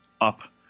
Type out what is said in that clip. up